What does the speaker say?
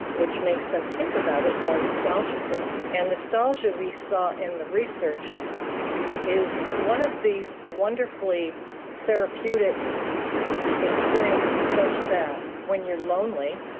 which makes them think about it more nostalgically. and nostalgia we saw in the research is one of these wonderfully therapeutic experiences such that when you're lonely,